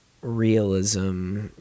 realism